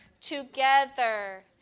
together